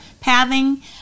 pathing